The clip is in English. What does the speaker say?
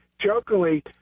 Jokingly